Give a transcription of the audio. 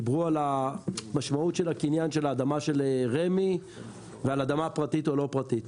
דיברו על המשמעות של הקניין של האדמה של רמ"י ואדמה פרטית או לא פרטית.